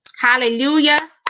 Hallelujah